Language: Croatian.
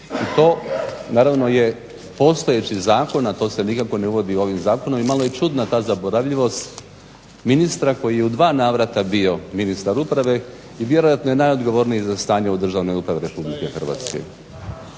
To naravno je postojeći zakon, a to se nikako ne uvodi ovim zakonom i malo je čudna ta zaboravljivost ministra koji je u dva navrata bio ministar uprave i vjerojatno je najodgovorniji za stanje u državnoj upravi Republike Hrvatske.